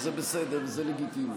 וזה בסדר וזה לגיטימי.